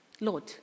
Lord